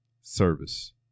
service